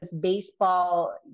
baseball